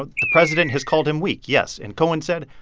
ah the president has called him weak, yes. and cohen said,